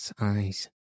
eyes